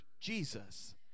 Jesus